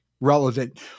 relevant